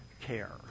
care